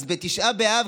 אז בתשעה באב,